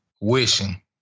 Wishing